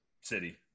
city